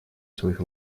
своих